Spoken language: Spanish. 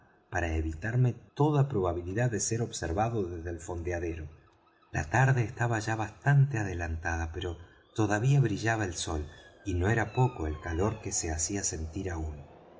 para evitarme toda probabilidad de ser observado desde el fondeadero la tarde estaba ya bastante adelantada pero todavía brillaba el sol y no era poco el calor que se hacía sentir aún